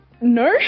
No